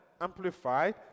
amplified